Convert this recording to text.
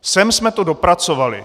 Sem jsme to dopracovali!